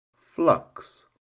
flux